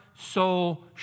soul